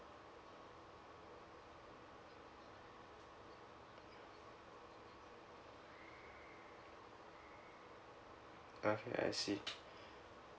okay I see